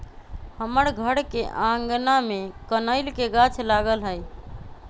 हमर घर के आगना में कनइल के गाछ लागल हइ